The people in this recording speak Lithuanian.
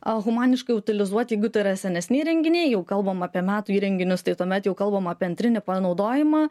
humaniškai utilizuoti jeigu tai yra senesni įrenginiai jau kalbam apie metų įrenginius tai tuomet jau kalbam apie antrinį panaudojimą